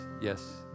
yes